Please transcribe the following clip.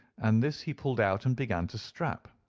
and this he pulled out and began to strap.